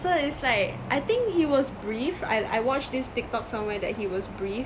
so is like I think he was briefed and I watched this TikTok somewhere that he was briefed